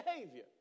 behavior